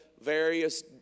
various